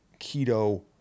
keto